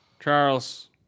Charles